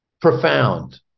profound